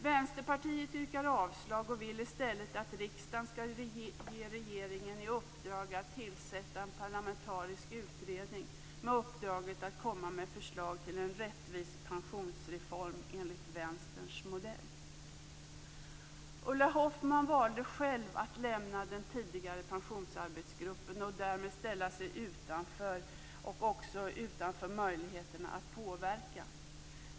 Vänsterpartiet yrkar avslag och vill i stället att riksdagen skall ge regeringen i uppdrag att tillsätta en parlamentarisk utredning med uppdraget att komma med förslag till en rättvis pensionsreform enligt Ulla Hoffmann valde själv att lämna den tidigare pensionsarbetsgruppen och därmed ställa sig utanför - också utanför möjligheterna att påverka.